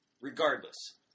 Regardless